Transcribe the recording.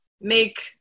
make